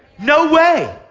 no way.